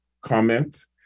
comment